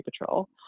patrol